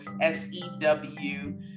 S-E-W